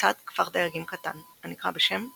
לצד כפר דייגים קטן הנקרא בשם "וארשובה"